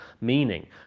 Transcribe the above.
meaning